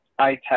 iText